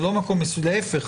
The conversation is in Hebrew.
להיפך,